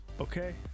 okay